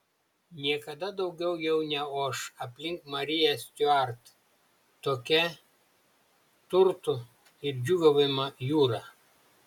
niekada daugiau jau neoš aplink mariją stiuart tokia turtų ir džiūgavimo jūra